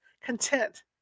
Content